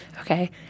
Okay